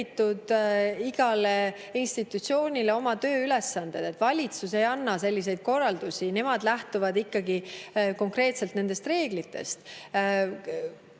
igale institutsioonile oma tööülesanded. Valitsus ei anna selliseid korraldusi, nemad lähtuvad ikkagi konkreetselt nendest reeglitest.